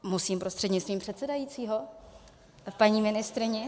Musím prostřednictvím předsedajícího k paní ministryni?